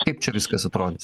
kaip čia viskas atrodys